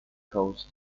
coast